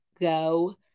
go